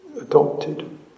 adopted